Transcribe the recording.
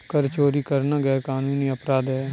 कर चोरी करना गैरकानूनी अपराध है